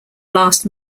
last